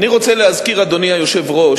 אני רוצה להזכיר, אדוני היושב-ראש,